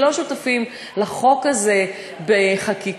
שלא שותפים לחוק הזה בחקיקה,